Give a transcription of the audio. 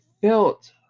felt